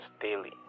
daily